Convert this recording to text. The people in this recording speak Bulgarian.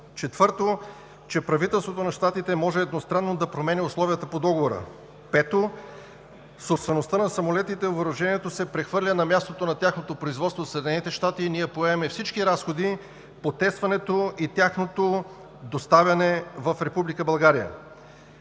Четвърто, че правителството на Щатите може едностранно да променя условията по договора. Пето, собствеността на самолетите и въоръжението се прехвърлят на мястото на тяхното производство – Съединените щати, и ние поемаме всички разходи по тестването и тяхното доставяне в Република България.